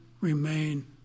remain